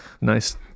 nice